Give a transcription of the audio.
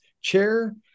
Chair